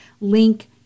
link